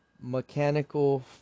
mechanical